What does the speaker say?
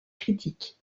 critiques